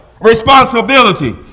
Responsibility